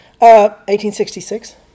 1866